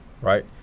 Right